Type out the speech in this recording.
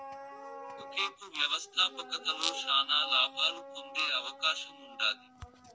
ఒకేపు వ్యవస్థాపకతలో శానా లాబాలు పొందే అవకాశముండాది